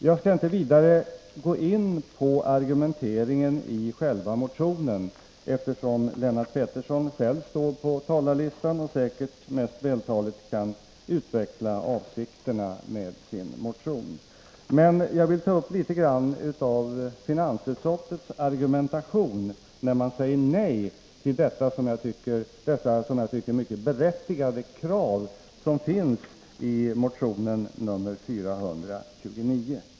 Jag skall inte gå in på argumenteringen i själva motionen eftersom Lennart Pettersson är antecknad på talarlistan och säkert själv mest vältaligt kan utveckla avsikterna med sin motion, men jag vill ta upp något av finansutskottets argumentation när det avstyrker de enligt min mening mycket berättigade kraven i motion nr 429.